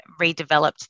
redeveloped